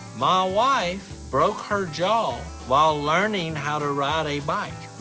my wife broke her jaw while learning how to ride a bike,